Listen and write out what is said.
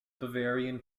bavarian